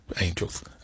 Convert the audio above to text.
angels